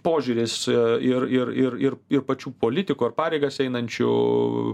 požiūris ir ir ir ir ir pačių politikų ar pareigas einančių